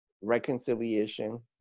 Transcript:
reconciliation